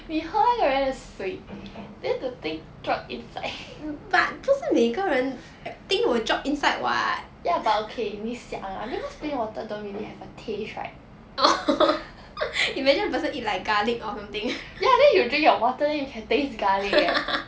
你喝来的水 then the thing drop inside ya but okay 你想啊 because plain water don't really have a taste right ya then you drink your water then you can taste garlic eh